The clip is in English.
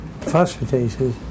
phosphatases